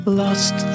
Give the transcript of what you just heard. lost